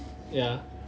ya